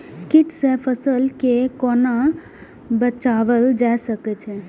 कीट से फसल के कोना बचावल जाय सकैछ?